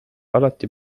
alati